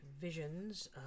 visions